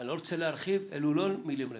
לא רוצה להרחיב, אלו לא מילים ריקות.